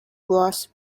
was